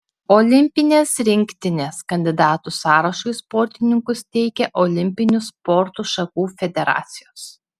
olimpinės rinktinės kandidatų sąrašui sportininkus teikia olimpinių sporto šakų federacijos